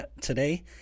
today